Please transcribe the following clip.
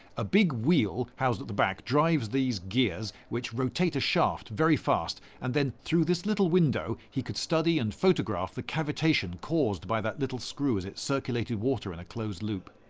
a big wheel housed at the back drives these gears, which rotate a shaft very fast. and then through this little window he could study and photograph the cavitation caused by that little screw as it circulated water in a closed loop.